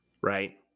right